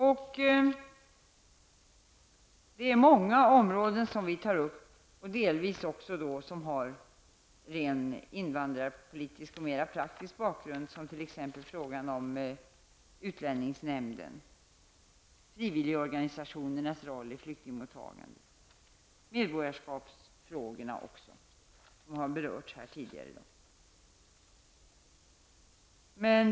Många av de områden som vi tar upp har redan invandringspolitisk och mer praktisk bakgrund, t.ex. frågan om utlänningsnämnden, frivilligorganisationernas roll, flyktingmottagandet och medborgarskapsfrågorna i vilka har berörts tidigare i dag.